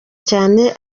cyane